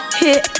hit